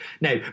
Now